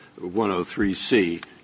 103C